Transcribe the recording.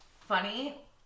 funny